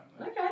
Okay